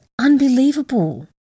unbelievable